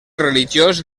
religiós